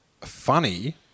funny